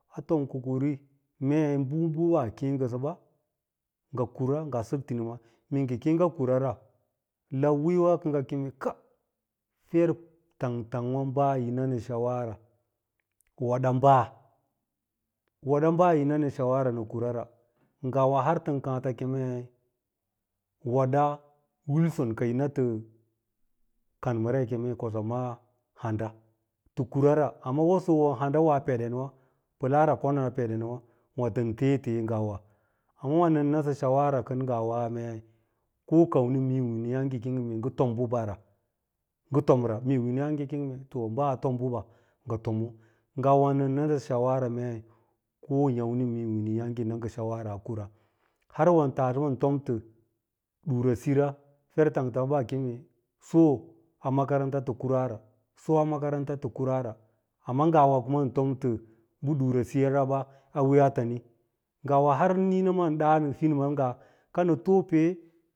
A tom ko kari ngɚ kura ngaa sɚk tini ma, mee ngɚ kem ngɚ kura ra wola wii yowa kɚ yi na nɚ shawara, woɗɚ ɓaa wan ɓaa yi na nɚ shawara har nɚ nɚ kura ra nai tɚn kàà tɚ keme woɗa wilson ka yin a tɚ kanmɚra mee ko tɚ baa handawa tɚ kurara, wa a tɚ wosɚ wa hanɗa peɗɚn wà pɚlaara konaa pɚɗɚnwà wà fɚn tee-tee ngawa, wà nɚn nasɚ shawara kɚnwà mee ko kammi mee wineyààge yi kêê ngɚ mee ngɚ tom bɚ ɓara, ngɚ tom ra, mee winyààge yi kêê ngɚ mee ɓaa a tom bɚɓa maa ngɚ tomo ngawa nɚn nasɚ shawara mee winyààgɚ yi na ngɚ shawara a kura har ngawa tasema ɚn tom tɚ ɗiwasira, fer tang-tangwa ɓaa keme so a makaranta tɚ kurara, so’a makaranta tɚ kurara, amma ɚn tom tɚ bɚ ɗu rasiraɓa a wiiyaa tani, ngawa har niina fin maana ɚn ɗanɚ, ngaa kam nɚ too pele.